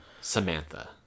Samantha